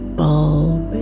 bulb